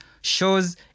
shows